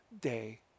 day